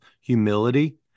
humility